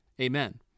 Amen